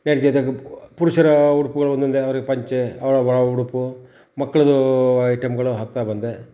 ನೈಟಿಯ ಜೊತೆಗೆ ಪುರುಷರ ಉಡುಪುಗಳು ಒಂದೊಂದೆ ಅವ್ರಿಗೆ ಪಂಚೆ ಅವರ ಒಳ ಉಡುಪು ಮಕ್ಳದ್ದೂ ಐಟಮ್ಗಳು ಹಾಕ್ತಾ ಬಂದೆ